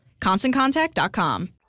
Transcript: ConstantContact.com